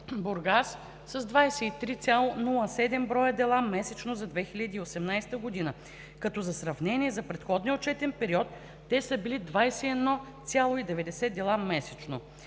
– 23,07 броя дела месечно за 2018 г., като за сравнение за предходния отчетен период те са били 21,90 дела месечно;